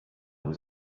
was